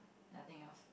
nothing else